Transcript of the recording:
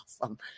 awesome